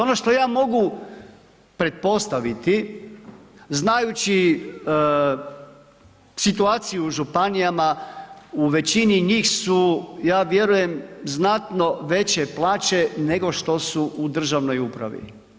Ono što ja mogu pretpostaviti, znajući situaciju u županijama, u većini njih su, ja vjerujem znatno veće plaće nego što su u državnoj upravi.